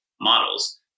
models